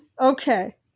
Okay